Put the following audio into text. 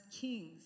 kings